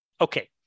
Okay